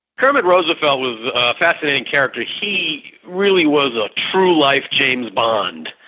kermit roosevelt was a fascinating character. he really was a true-life james bond,